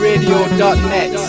Radio.net